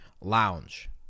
lounge